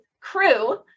crew